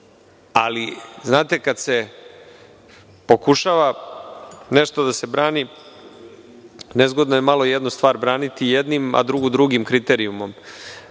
ponavlja. Ali, kada se pokušava nešto da se brani, nezgodno je malo jednu stvar braniti jednim, a drugu drugim kriterijumom.